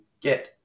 get